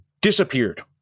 disappeared